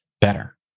better